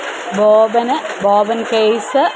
Boban Boban case